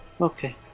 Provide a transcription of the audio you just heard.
Okay